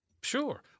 Sure